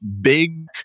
big